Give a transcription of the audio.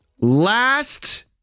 last